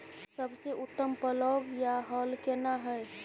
सबसे उत्तम पलौघ या हल केना हय?